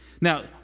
Now